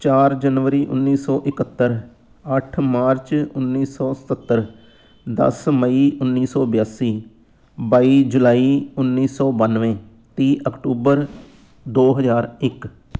ਚਾਰ ਜਨਵਰੀ ਉੱਨੀ ਸੌ ਇਕਹੱਤਰ ਅੱਠ ਮਾਰਚ ਉੱਨੀ ਸੌ ਸਤੱਤਰ ਦਸ ਮਈ ਉੱਨੀ ਸੌ ਬਿਆਸੀ ਬਾਈ ਜੁਲਾਈ ਉੱਨੀ ਸੌ ਬੱਨਵੇਂ ਤੀਹ ਅਕਤੂਬਰ ਦੋ ਹਜ਼ਾਰ ਇੱਕ